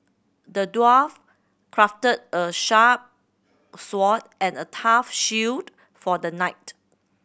the dwarf crafted a sharp sword and a tough shield for the knight